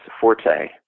forte